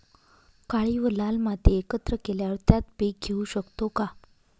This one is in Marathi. काळी व लाल माती एकत्र केल्यावर त्यात पीक घेऊ शकतो का?